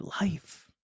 life